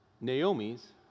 Naomi's